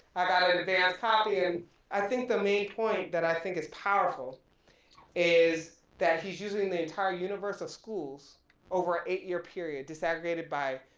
i got an advanced copy and i think the main point that i think is powerful is that he's using the entire universe of schools over a eight year period disaggregated by